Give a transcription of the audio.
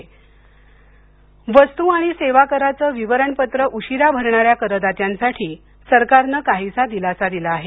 वस्त आणि सेवा कर वस्तु आणि सेवा कराचं विवरण पत्र उशिरा भरणाऱ्या करदात्यांसाठी सरकारनं काहीसा दिलासा दिला आहे